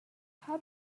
how